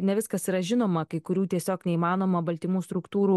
ne viskas yra žinoma kai kurių tiesiog neįmanoma baltymų struktūrų